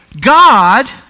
God